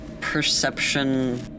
perception